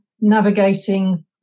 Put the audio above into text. navigating